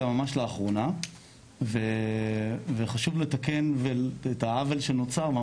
ממש לאחרונה וחשוב לתקן את העוול שנוצר,